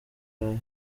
burayi